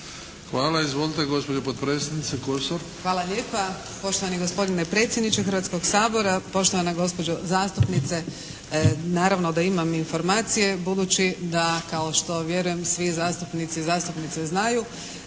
Hvala. Izvolite gospođo potpredsjednice Kosor. **Kosor, Jadranka (HDZ)** Hvala lijepa. Poštovani gospodine predsjedniče Hrvatskoga sabora, poštovana gospođo zastupnice, naravno da imam informacije budući da kao što vjerujem svi zastupnici i zastupnice znaju